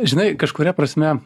žinai kažkuria prasme